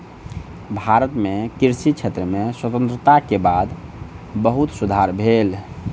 भारत मे कृषि क्षेत्र में स्वतंत्रता के बाद बहुत सुधार भेल